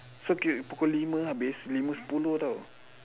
so ki~ pukul lima habis lima sepuluh tau